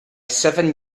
seven